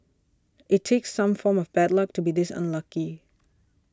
it takes some form of bad luck to be this unlucky